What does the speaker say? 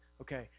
okay